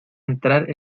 entrar